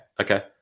okay